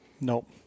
Nope